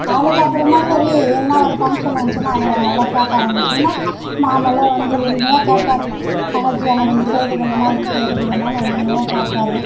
அதுக்கப்புறமா சரி எதனா ஒரு ஃபங்ஷன் வந்துச்சுனா அதில் நல்லா பேச ஆரம்பிச்சோம்னா வந்து உரிமையாக கேப்பார் தங்கச்சி எனக்கு இது செய்து கொடுமா இது செய்து கொடுமான்னு உரிமையாக கேப்பார்